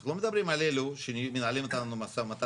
אנחנו לא מדברים על אלו שמנהלים איתנו משא ומתן.